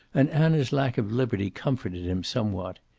and anna's lack of liberty comforted him somewhat.